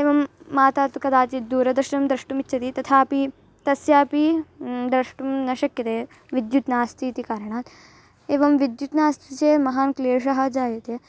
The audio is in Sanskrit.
एवं माता तु कदाचित् दूरदर्शनं द्रष्टुमिच्छति तथापि तस्याः अपि द्रष्टुं न शक्यते विद्युत् नास्तीति कारणात् एवं विद्युत् नास्ति चेत् महान् क्लेशः जायते